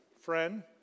Friend